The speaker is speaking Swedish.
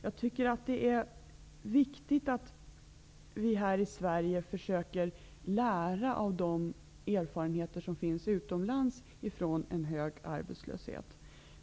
Jag tycker att det är viktigt att vi i Sverige försöker lära av de erfarenheter av en hög arbetslöshet som man har gjort utomlands.